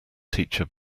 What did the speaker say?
teacher